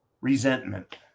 resentment